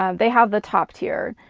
um they have the top tier.